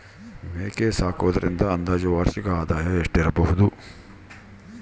ಮೇಕೆ ಸಾಕುವುದರಿಂದ ಅಂದಾಜು ವಾರ್ಷಿಕ ಆದಾಯ ಎಷ್ಟಿರಬಹುದು?